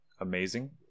amazing